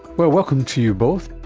well, welcome to you both.